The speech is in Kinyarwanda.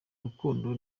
rukundo